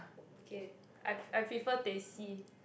ok I pre~ I prefer teh C